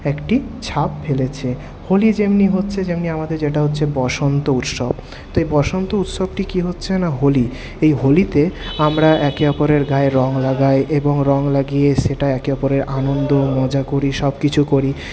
একটি ছাপ ফেলেছে হোলি যেমনি হচ্ছে যেমনি আমাদের যেটা হচ্ছে বসন্ত উৎসব তো এই বসন্ত উৎসবটি কি হচ্ছে না হোলি এই হোলিতে আমরা একে অপরের গায়ে রং লাগাই এবং রঙ লাগিয়ে সেটা একে অপরের আনন্দ মজা করি সবকিছু করি